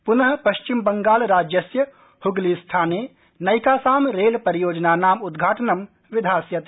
पुन पश्चिमवंगराज्यस्य हुगलीस्थाने नैकाषां रेलपरियोजनानाम् उद्घाटनं विधास्यति